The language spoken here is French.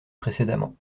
précédemment